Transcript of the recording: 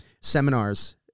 seminars